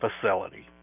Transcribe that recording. facility